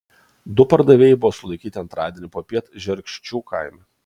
du pardavėjai buvo sulaikyti antradienį popiet žerkščių kaime